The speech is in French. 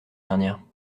dernière